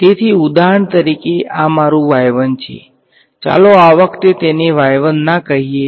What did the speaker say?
તેથી ઉદાહરણ તરીકે આ તમારું y 1 છે ચાલો આ વખતે તેને ના કહીયે